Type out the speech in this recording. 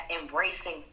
embracing